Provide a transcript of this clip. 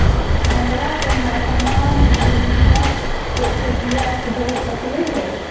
ठंडबा के मौसमा मे भिंडया के खेतीया हो सकये है?